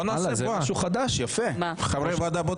הליכוד